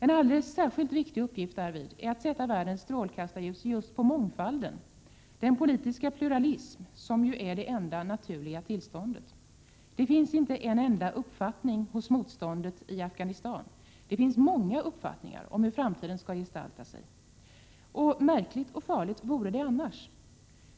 En alldels särskilt viktig uppgift därvid är att sätta världens strålkastarljus just på mångfalden, den politiska pluralism som ju är det enda naturliga tillståndet. Det finns inte en enda uppfattning hos motståndet i Afghanistan — det finns många uppfattningar om hur framtiden skall gestalta sig, och märkligt och farligt vore det annars.